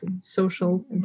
social